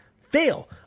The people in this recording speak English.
fail